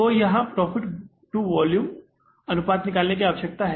तो यहाँ profit to volume अनुपात निकलने की आवश्यकता है